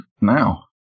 now